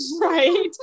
Right